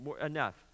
enough